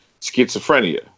schizophrenia